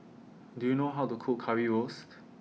Do YOU know How to Cook Currywurst